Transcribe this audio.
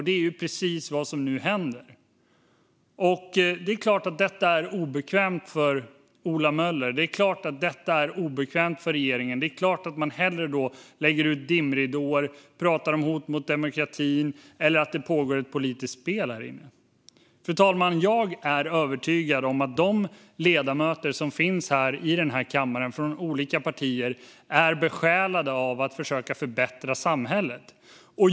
Det är precis vad som nu händer. Det är klart att detta är obekvämt för Ola Möller. Det är klart att detta är obekvämt för regeringen. Det är klart att man hellre lägger ut dimridåer och talar om hot mot demokratin eller att det pågår ett politiskt spel härinne. Fru talman! Jag är övertygad om att de ledamöter som finns i kammaren från olika partier är besjälade av att försöka förbättra samhället.